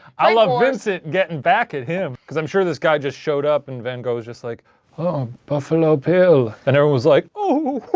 i love vincent getting back at him. because i'm sure this guy just showed up, and van gogh was just like oh, puffalo pill. and everyone was like oh!